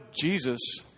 Jesus